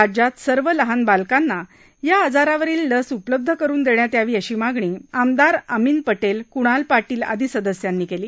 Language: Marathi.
राज्यात सर्व लहान बालकांना या आजारावरील लस उपलब्ध करुन देण्यात यावी अशी मागणी आमदार अमीन पटेल कुणाल पाटील आदी सदस्यांनी केली